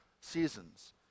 seasons